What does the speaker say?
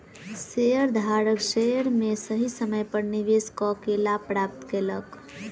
शेयरधारक शेयर में सही समय पर निवेश कअ के लाभ प्राप्त केलक